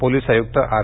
police आयुक्त R